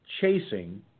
chasing